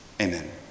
Amen